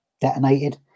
detonated